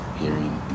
hearing